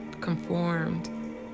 conformed